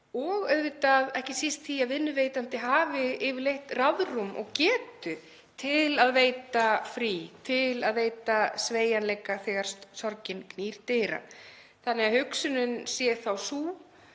og auðvitað ekki síst því að vinnuveitandi hafi yfirleitt ráðrúm og getu til að veita frí, til að veita sveigjanleika þegar sorgin knýr dyra. Hugsunin er þá sú